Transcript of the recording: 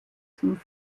zum